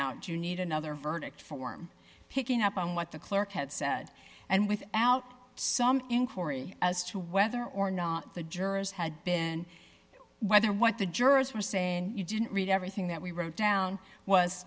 out you need another verdict form picking up on what the clerk had said and without some inquiry as to whether or not the jurors had been whether what the jurors were saying and you didn't read everything that we wrote down was